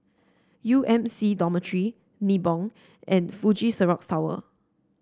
U M C Dormitory Nibong and Fuji Xerox Tower